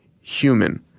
human